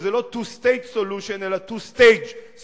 שזה לא two state solution אלא two stage solution,